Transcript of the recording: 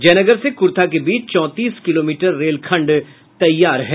जयनगर से कुर्था के बीच चौंतीस किलोमीटर रेलखंड तैयार है